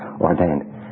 ordained